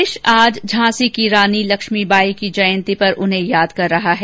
देश आज झांसी की रानी लक्ष्मीबाई की जयंती पर उन्हें याद कर रहा है